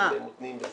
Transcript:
שנותנים,